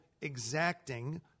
exacting